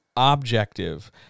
Objective